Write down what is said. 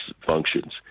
functions